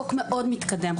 חוק מאוד מתקדם,